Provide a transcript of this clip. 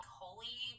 holy